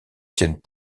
tiennent